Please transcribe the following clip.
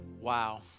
Wow